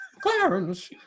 clarence